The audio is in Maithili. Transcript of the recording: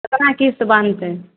केतना किस्त बान्हतय